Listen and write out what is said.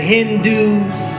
Hindus